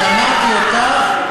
לכם, שמעתי אותך.